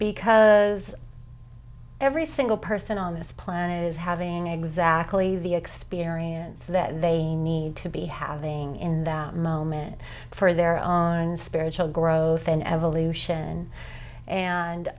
because every single person on this planet is having a exactly the experience that they need to be having in that moment for their own spiritual growth and evolution and